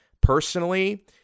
Personally